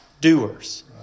doers